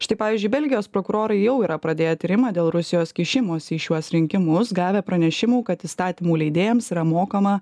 štai pavyzdžiui belgijos prokurorai jau yra pradėję tyrimą dėl rusijos kišimosi į šiuos rinkimus gavę pranešimų kad įstatymų leidėjams yra mokama